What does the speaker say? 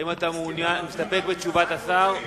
האם אתה מסתפק בתשובות השר?